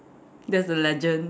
that's the legend